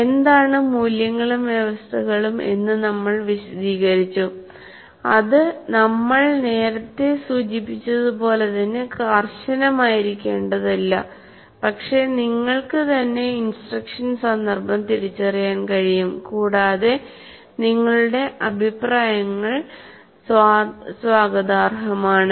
എന്താണ് മൂല്യങ്ങളും വ്യവസ്ഥകളും എന്ന് നമ്മൾ വിശദീകരിച്ചു അത് നമ്മൾ നേരത്തെ സൂചിപ്പിച്ചതുപോലെ തന്നെ കർശനമായിരിക്കേണ്ടതില്ല പക്ഷേ നിങ്ങൾക്ക് തന്നെ ഇൻസ്ട്രക്ഷൻ സന്ദർഭം തിരിച്ചറിയാൻ കഴിയും കൂടാതെ നിങ്ങളുടെ അഭിപ്രായങ്ങൾ അത് സ്വാഗതാർഹമാണ്